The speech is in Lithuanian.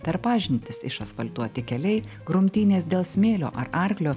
per pažintis išasfaltuoti keliai grumtynės dėl smėlio ar arklio